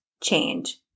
change